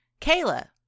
Kayla